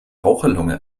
raucherlunge